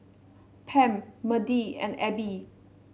Pam Media and Abby